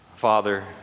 Father